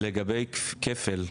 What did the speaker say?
לגבי כפל,